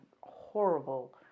horrible